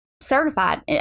certified